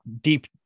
deep